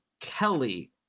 Kelly